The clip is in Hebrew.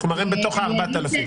הם בתוך ה-4,000.